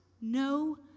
no